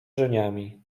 żeniami